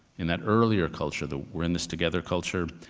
in that earlier culture, the we're-in-this-together culture,